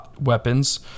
weapons